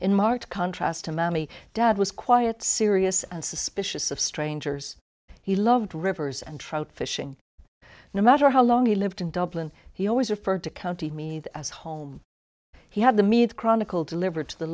in marked contrast to mammy dad was quiet serious and suspicious of strangers he loved rivers and trout fishing no matter how long he lived in dublin he always referred to county me that as home he had the meat chronicle delivered to the